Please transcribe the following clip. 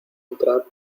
entrar